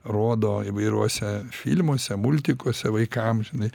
rodo įvairiuose filmuose multikuose vaikams žinai